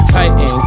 Titan